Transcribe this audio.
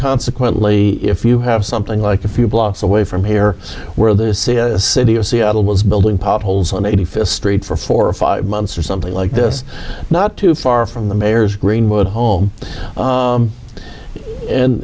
consequently if you have something like a few blocks away from here where the city of seattle was building potholes on eighty fifth street for four or five months or something like this not too far from the mayor's greenwood